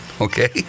Okay